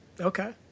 Okay